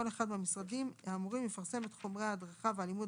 כל אחד מהמשרדים האמורים יפרסם את חומרי ההדרכה והלימוד